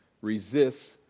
resists